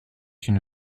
une